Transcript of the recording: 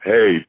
Hey